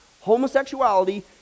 Homosexuality